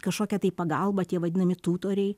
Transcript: kažkokia tai pagalba tie vadinami tutoriai